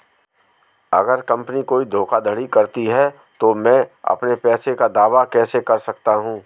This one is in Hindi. अगर कंपनी कोई धोखाधड़ी करती है तो मैं अपने पैसे का दावा कैसे कर सकता हूं?